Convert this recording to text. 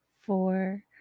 four